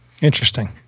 Interesting